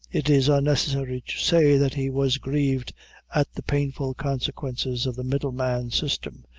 it is unnecessary to say that he was grieved at the painful consequences of the middleman system,